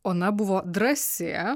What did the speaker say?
ona buvo drąsi